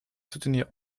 soutenir